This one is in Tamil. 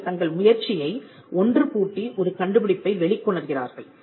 அவர்கள் தங்கள் முயற்சியை ஒன்று கூட்டி ஒரு கண்டுபிடிப்பை வெளிக் கொணர்கிறார்கள்